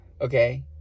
okay